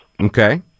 Okay